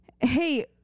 Hey